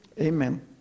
amen